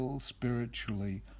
spiritually